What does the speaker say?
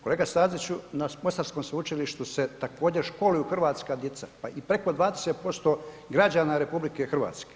Kolega Staziću, na Mostarskom sveučilištu se također školuju hrvatska djeca, pa i preko 20% građana RH.